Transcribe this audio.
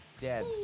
Dead